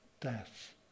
death